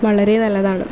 വളരെ നല്ലതാണ്